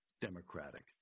democratic